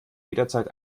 jederzeit